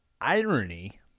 irony